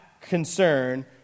concern